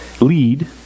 lead